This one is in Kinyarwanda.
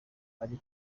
ari